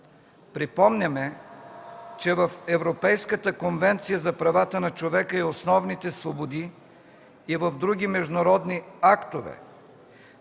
Припомняме, че в Европейската конвенция за правата на човека и основните свободи и в други международни актове,